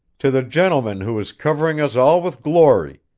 to the gentleman who is covering us all with glory,